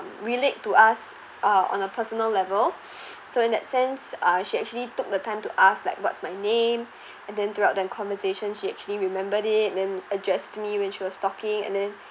relate to us ah on a personal level so in that sense ah she actually took the time to ask like what's my name and then throughout the conversation she actually remembered it then addressed me when she was talking and then